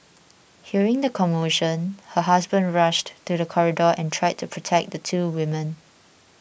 hearing the commotion her husband rushed to the corridor and tried to protect the two women